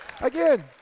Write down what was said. again